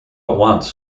once